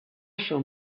shall